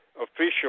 official